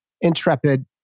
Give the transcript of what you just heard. intrepid